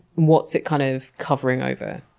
what's it kind of covering over?